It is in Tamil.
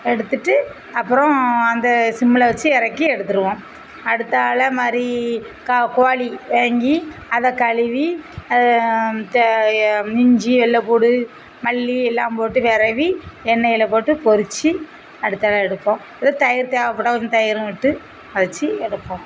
எடுத்துட்டு அப்றம் அந்த சிம்மில் வச்சு இறக்கி எடுத்துடுவோம் அடுத்தாபுல மாதிரி க கோழி வாங்கி அதை கழுவி தே இஞ்சி வெள்ளப்பூடு மல்லி எல்லாம் போட்டு வெரவி எண்ணெயில் போட்டு பொரித்து அடுத்ததாக எடுப்போம் இதே தயிர் தேவைப்பட்டா கொஞ்சம் தயிரும் விட்டு வச்சு எடுப்போம்